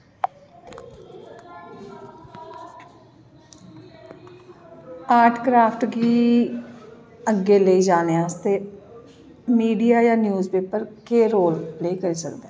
art craft गी अग्गें लेई जाने आस्तै मीडिया जां न्यूज़ पेपर केह् रोल प्ले करी सकदा ऐ